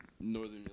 Northern